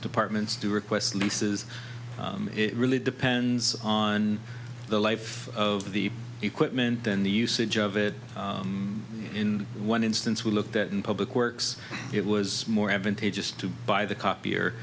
departments do request leases it really depends on the life of the equipment then the usage of it in one instance will look that in public works it was more advantageous to buy the copier